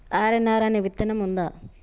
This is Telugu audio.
ఆర్.ఎన్.ఆర్ అనే విత్తనం ఉందా?